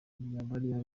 bariya